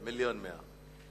לא, לא, מיליון ו-100,000.